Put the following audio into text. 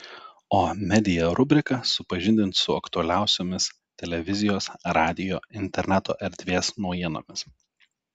o media rubrika supažindins su aktualiausiomis televizijos radijo interneto erdvės naujienomis